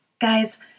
Guys